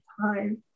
time